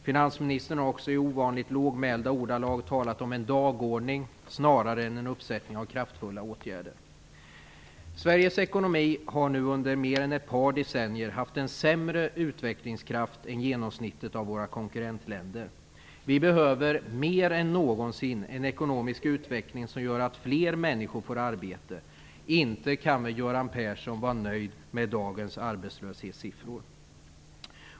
Finansministern har också i ovanligt lågmälda ordalag talat om en "dagordning" snarare än en uppsättning kraftfulla åtgärder. Sveriges ekonomi har nu under mer än ett par decennier haft en sämre utvecklingskraft än genomsnittet av våra konkurrentländer. Vi behöver, mer än någonsin, en ekonomisk utveckling som gör att fler människor får arbete. Inte kan väl Göran Persson vara nöjd med dagens arbetslöshetssiffror?